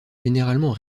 généralement